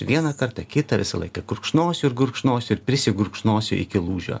vieną kartą kitą visą laiką gurkšnosiu ir gurkšnosiu prisigurkšnosi iki lūžio